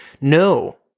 No